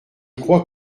crois